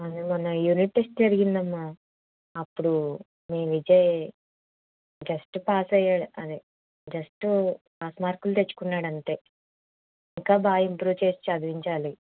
అదే మొన్న unit test జరిగిందమ్మా అప్పుడు మీ విజయ్ జస్ట్ పాస్ అయ్యాడు అదే జస్ట్ పాస్ మార్కులు తెచ్చుకున్నాడు అంతే ఇంకా బాగా ఇంప్రూవ్ చేసి చదివించాలి